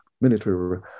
Military